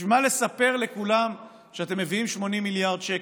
בשביל מה לספר לכולם שאתם מביאים 80 מיליארד שקל,